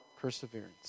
perseverance